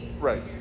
Right